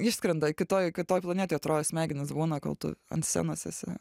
išskrenda kitoj kitoj planetoj atrodo smegenys būna kol tu ant scenos esi